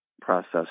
process